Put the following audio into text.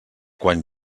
quan